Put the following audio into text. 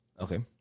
Okay